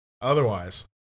Otherwise